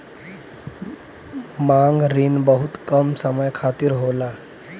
मांग रिन बहुत कम समय खातिर होला